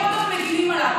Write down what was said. זה פשוט חמור.